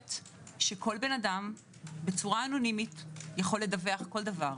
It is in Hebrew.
מערכת שכל אדם בצורה אנונימית יכול לדווח כל דבר.